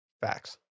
Facts